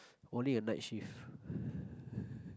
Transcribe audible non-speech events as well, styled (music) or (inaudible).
only at night shift (breath)